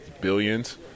Billions